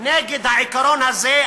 נגד העיקרון הזה,